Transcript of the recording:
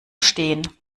stehen